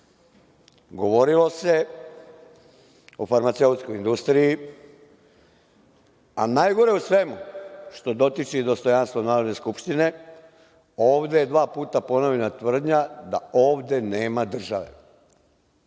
Govorilo se o farmaceutskoj industriji, a najgore od svega je što dotični „dostojanstvo Narodne skupštine“ ovde dva puta ponavlja tvrdnju da ovde nema države.